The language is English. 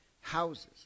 houses